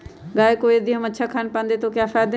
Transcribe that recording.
गाय को यदि हम अच्छा खानपान दें तो क्या फायदे हैं?